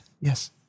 Yes